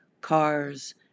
cars